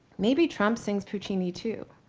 maybe trump sings puccini too.